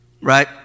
right